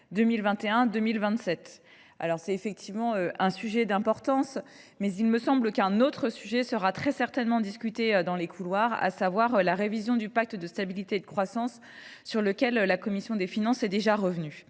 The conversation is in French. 2021 2027. C’est effectivement un sujet d’importance, mais il me semble qu’un autre sujet sera très certainement discuté dans les couloirs : la révision du pacte de stabilité et de croissance (PSC), sur lequel la commission des finances s’est déjà prononcée.